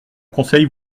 conseil